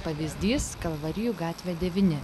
pavyzdys kalvarijų gatvė devyni